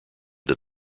that